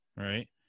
Right